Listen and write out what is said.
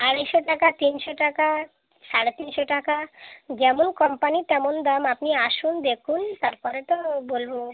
আড়াইশো টাকা তিনশো টাকা সাড়ে তিনশো টাকা যেমন কোম্পানি তেমন দাম আপনি আসুন দেখুন তারপরে তো বলবো